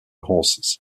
horses